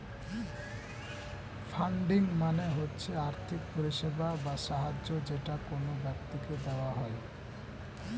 funding মানে হচ্ছে আর্থিক পরিষেবা বা সাহায্য যেটা কোন ব্যক্তিকে দেওয়া হয়